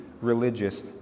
religious